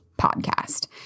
podcast